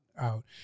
out